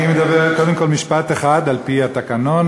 אני אומר קודם כול משפט אחד, על-פי התקנון.